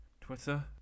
Twitter